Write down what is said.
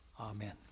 Amen